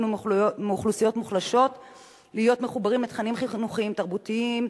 מאוכלוסיות מוחלשות להיות מחוברים לתכנים חינוכיים ותרבותיים,